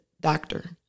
doctor